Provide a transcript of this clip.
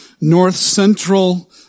north-central